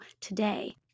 today